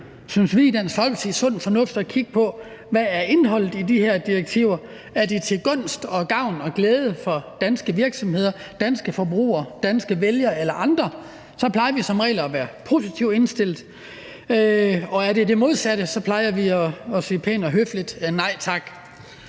synes vi i Dansk Folkeparti, at kigge på, hvad indholdet er i de her direktiver, og hvis de er til gunst og gavn og glæde for danske virksomheder og danske forbrugere, danske vælgere eller andre, plejer vi som regel at være positivt indstillet. Er de det modsatte, plejer vi pænt og høfligt at